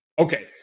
Okay